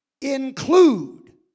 include